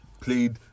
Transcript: played